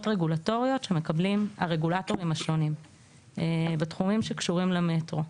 רגולטוריות שמקבלים הרגולטורים השונים בתחומים שקשורים למטרו,